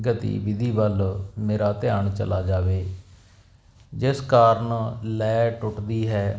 ਗਤੀਵਿਧੀ ਵੱਲ ਮੇਰਾ ਧਿਆਨ ਚਲਾ ਜਾਵੇ ਜਿਸ ਕਾਰਨ ਲੈਅ ਟੁੱਟਦੀ ਹੈ